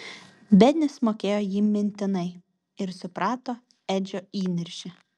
benis mokėjo jį mintinai ir suprato edžio įniršį